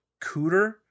Cooter